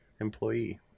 employee